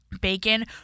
bacon